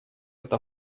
это